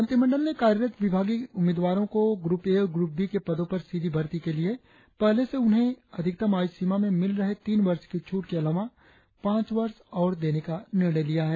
मंत्रिमंडल ने कार्यरत विभागीय उम्मीदवारों को ग्रुप ए और ग्रुप बी के पदों पर सीधी भर्ती के लिए पहले से उन्हें अधिकतम आयु सीमा में मिल रहे तीन वर्ष की छूट के अलावा पांच वर्ष और देने का निर्णय लिया है